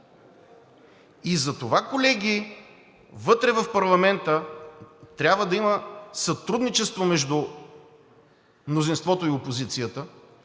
И затова, колеги, вътре в парламента трябва да има сътрудничество между мнозинството и опозицията,